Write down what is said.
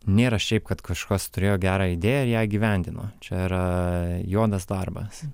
nėra šiaip kad kažkas turėjo gerą idėją ir ją įgyvendino čia yra juodas darbas